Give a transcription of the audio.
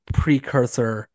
precursor